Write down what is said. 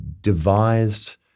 devised